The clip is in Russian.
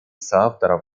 соавторов